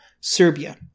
Serbia